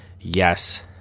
yes